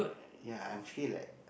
ya I'm feel like